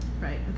Right